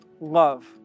love